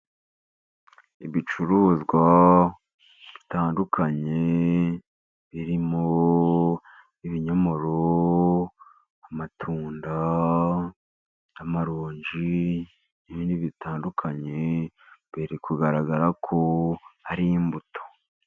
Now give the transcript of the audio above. Ibicuruzwa bitandukanye birimo, ibinyomoro, amatunda, n'amaronji n'ibindi bitandukanye, biri kugaragara ko hari imbuto.